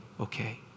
okay